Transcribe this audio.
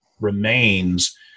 remains